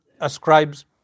ascribes